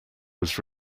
was